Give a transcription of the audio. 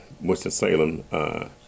Winston-Salem